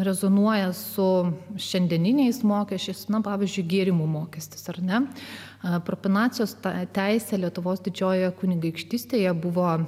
rezonuoja su šiandieniniais mokesčiais na pavyzdžiui gėrimų mokestis ar ne a propinacijos ta teisę lietuvos didžiojoje kunigaikštystėje buvo